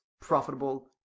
profitable